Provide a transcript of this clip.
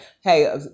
Hey